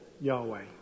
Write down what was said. Yahweh